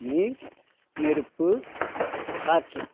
நீர் நெருப்பு காற்று